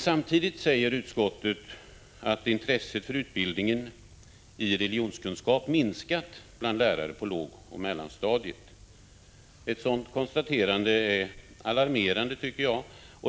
Samtidigt säger utskottet att intresset för utbildningen i religionskunskap minskat bland lärare på lågoch mellanstadiet. Ett sådant konstaterande är alarmerande.